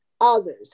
others